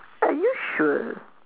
are you sure